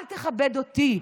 אל תכבד אותי,